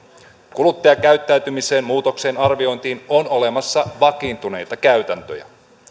kuluttajakäyttäytymisen muutoksien arviointiin on olemassa vakiintuneita käytäntöjä